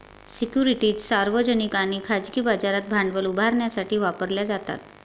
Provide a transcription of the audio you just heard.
securities सार्वजनिक आणि खाजगी बाजारात भांडवल उभारण्यासाठी वापरल्या जातात